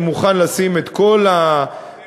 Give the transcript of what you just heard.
אני מוכן לשים את כל הביטחונות,